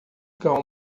cão